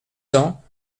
cents